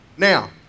Now